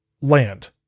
land